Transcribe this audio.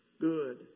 good